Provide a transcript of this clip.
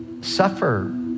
suffer